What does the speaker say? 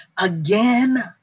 again